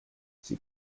sie